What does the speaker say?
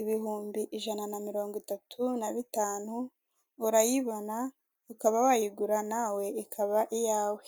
ibihumbi ijana na mirongo itatu na bitanu urayibona ukaba wayigura nawe.